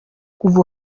kuva